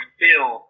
feel